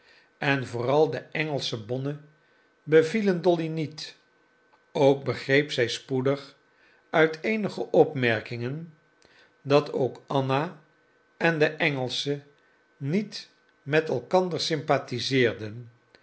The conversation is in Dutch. en vooral de engelsche bonne bevielen dolly niet ook begreep zij spoedig uit eenige opmerkingen dat ook anna en de engelsche niet met elkander